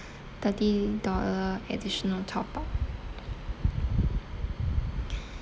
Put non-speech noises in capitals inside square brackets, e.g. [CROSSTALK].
thirty dollar additional top up [BREATH]